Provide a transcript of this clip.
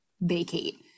vacate